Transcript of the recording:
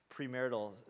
premarital